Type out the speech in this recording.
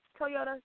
Toyota